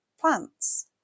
plants